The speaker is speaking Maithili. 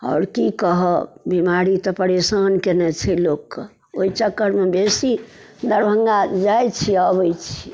आओर की कहब बीमारी तऽ परेशान कयने छै लोक कऽ ओहि चक्करमे बेसी दरभङ्गा जाइत छी अबैत छी